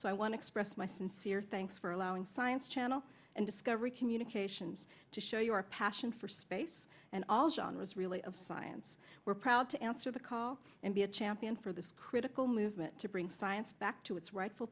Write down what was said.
so i want to express my sincere thanks for allowing science channel and discovery communications to show your passion for space and all genres really of science we're proud to answer the call and be a champion for this critical movement to bring science back to its rightful